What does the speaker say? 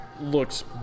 Looks